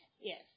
Yes